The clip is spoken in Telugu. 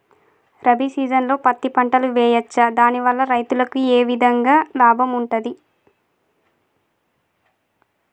రబీ సీజన్లో పత్తి పంటలు వేయచ్చా దాని వల్ల రైతులకు ఏ విధంగా లాభం ఉంటది?